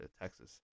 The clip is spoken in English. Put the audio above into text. Texas